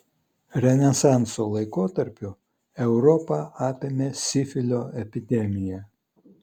renesanso laikotarpiu europą apėmė sifilio epidemija